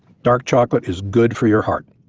dark chocolate is good for your heart.